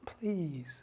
Please